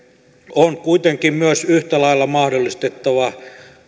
on kuitenkin yhtä lailla myös mahdollistettava